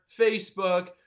Facebook